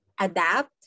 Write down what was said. adapt